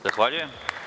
Zahvaljujem.